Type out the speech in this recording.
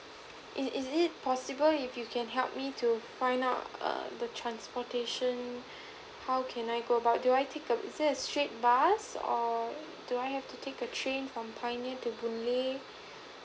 is it is it possible if you can help me to find out err the transportation how can I go about do I take a is there a straight trip bus or do I have to take the train from pioneer to boon lay